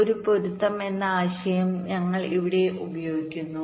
ഒരു പൊരുത്തം എന്ന ആശയം ഞങ്ങൾ ഇവിടെ ഉപയോഗിക്കുന്നു